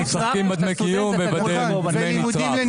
הם משחקים בדמי קיום ובדמי נצרך.